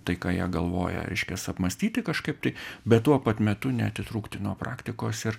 tai ką jie galvoja reiškias apmąstyti kažkaip tai bet tuo pat metu neatitrūkti nuo praktikos ir